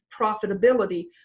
profitability